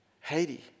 Haiti